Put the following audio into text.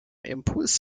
impuls